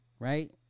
Right